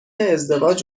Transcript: ازدواج